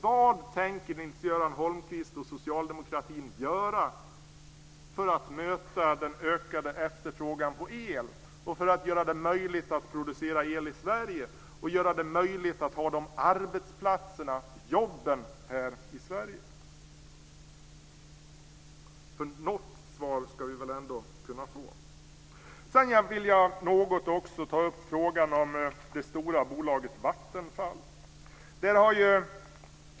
Vad tänker Nils-Göran Holmqvist och socialdemokratin göra för att möta den ökade efterfrågan på el och för att göra det möjligt att producera el i Sverige så att vi kan ha kvar dessa arbetsplatser och jobb här i Sverige? Något svar ska vi väl ändå kunna få. Sedan vill jag också ta upp frågan om det stora bolaget Vattenfall.